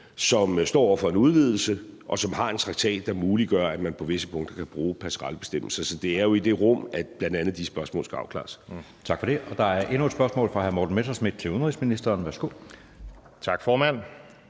som står over for en udvidelse, og som har en traktat, der muliggør, at man på visse punkter kan bruge passerellebestemmelserne. Det er jo i det rum, at bl.a. de spørgsmål skal afklares. Kl. 13:09 Anden næstformand (Jeppe Søe): Tak for det. Der er endnu et spørgsmål fra hr. Morten Messerschmidt til udenrigsministeren. Kl. 13:09 Spm.